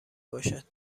باشد